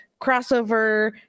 crossover